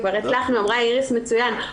אמרה איריס מצוין,